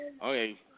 Okay